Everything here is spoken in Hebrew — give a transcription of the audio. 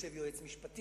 יושב יועץ משפטי,